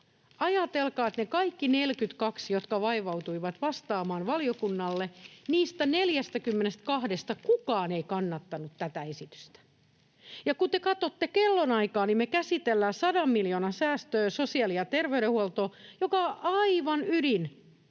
Ajatelkaa, että niistä kaikista 42:sta, jotka vaivautuivat vastaamaan valiokunnalle, kukaan ei kannattanut tätä esitystä. Ja kun te katsotte kellonaikaa, niin me käsitellään 100 miljoonan säästöä sosiaali‑ ja terveydenhuoltoon, joka on aivan ydin,